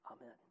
Amen